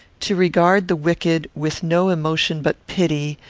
to regard the wicked with no emotion but pity,